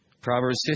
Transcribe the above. Proverbs